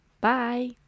Bye